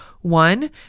one